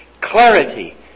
clarity